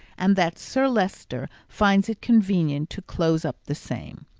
and that sir leicester finds it convenient to close up the same